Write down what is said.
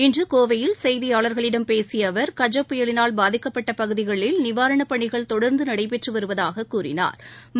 இன்றுகோவையில் செய்தியாளர்களிடம் பேசியஅவர் கஜ புயலினால் பாதிக்கப்பட்டபகுதிகளில் நிவாரணப்பணிகள் தொடர்ந்துநடைபெற்றுவருவதாககூறினாா்